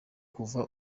kuva